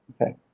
Okay